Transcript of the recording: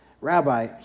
Rabbi